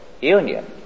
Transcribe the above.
union